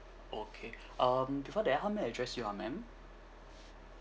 okay um before that how may I address you ah ma'am